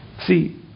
See